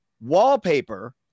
wallpaper